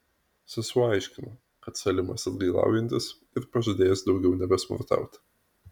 sesuo aiškino kad salimas atgailaujantis ir pažadėjęs daugiau nebesmurtauti